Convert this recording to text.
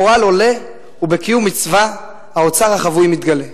המורל עולה, ובקיום מצווה, האוצר החבוי מתגלה.